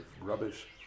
rubbish